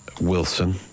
Wilson